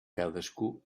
cadascú